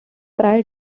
prior